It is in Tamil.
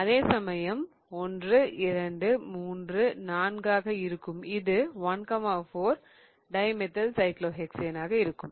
அதேசமயம் 1 2 3 4 ஆக இருக்கும் இது 14 டைமெதில்சைக்ளோஹெக்ஸேன் 14 Dimethylcyclohexane ஆக இருக்கும்